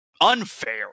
unfair